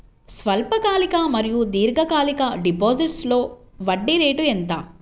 స్వల్పకాలిక మరియు దీర్ఘకాలిక డిపోజిట్స్లో వడ్డీ రేటు ఎంత?